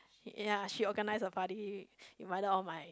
ya she organized a party invited all my